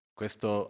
questo